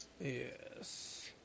Yes